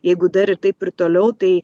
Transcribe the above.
jeigu dar ir taip ir toliau tai